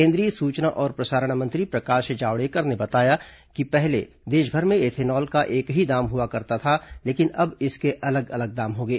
केंद्रीय सूचना और प्रसारण मंत्री प्रकाश जावड़ेकर ने बताया कि पहले देशभर में एथेनॉल का एक ही दाम हुआ करता था लेकिन अब इसके अलग अलग दाम होंगे